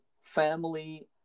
family